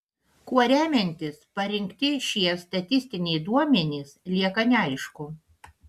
kuo remiantis parinkti šie statistiniai duomenys lieka neaišku